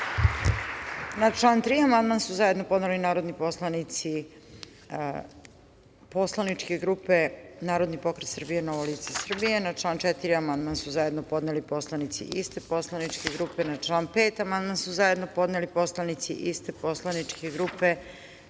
član 3. amandman su zajedno podneli narodni poslanici poslaničke grupe Narodni pokret Srbije – Novo lice Srbije. Na član 4. amandman su zajedno podneli poslanici iste poslaničke grupe. Na član 5. amandman su zajedno podneli poslanici iste poslaničke grupe. Na